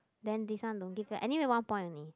then this one don't give back anyway one point only